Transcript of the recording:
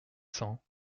cents